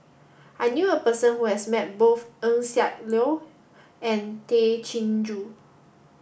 I knew a person who has met both Eng Siak Loy and Tay Chin Joo